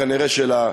כנראה של,